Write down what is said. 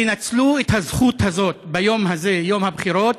תנצלו את הזכות הזאת ביום הזה, יום הבחירות,